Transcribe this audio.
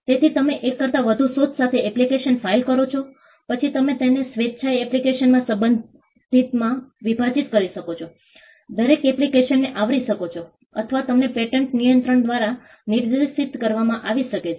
તેથી તમે એક કરતાં વધુ શોધ સાથે એપ્લિકેશન ફાઇલ કરો છો પછી તમે તેને સ્વેચ્છાએ એપ્લિકેશનમાં સંબંધિતમાં વિભાજિત કરી શકો છો દરેક એપ્લિકેશનને આવરી શકો છો અથવા તમને પેટન્ટ નિયંત્રક દ્વારા નિર્દેશિત કરવામાં આવી શકે છે